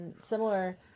similar